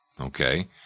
okay